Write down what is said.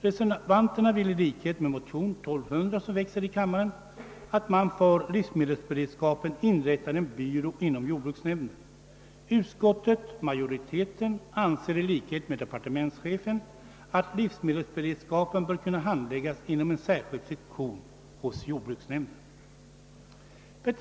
Reservanterna vill i likhet med de ledamöter som väckt motionen II: 1200, att man för livsmedelsberedskapen inrättar en byrå inom jordbruksnämnden. Utskottsmajoriteten anser i likhet med departementschefen att livsmedelsberedskapen bör kunna handläggas inom en särskild sektion hos jordbruksnämnden.